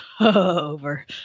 over